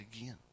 again